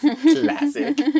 Classic